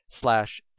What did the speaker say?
slash